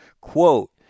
Quote